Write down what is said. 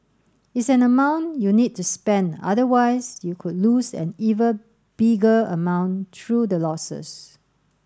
it's an amount you need to spend otherwise you could lose an even bigger amount through the losses